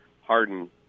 Harden